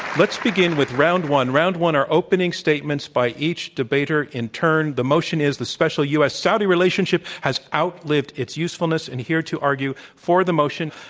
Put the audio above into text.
let's begin with round one. round one are opening statements by each debater in turn. the motion is the special u. s. saudi relationship has outlived its usefulness, and here to argue for the motion,